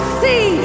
see